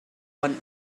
one